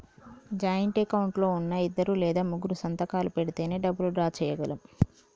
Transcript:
joint account లో ఉన్నా ఇద్దరు లేదా ముగ్గురూ సంతకాలు పెడితేనే డబ్బులు డ్రా చేయగలం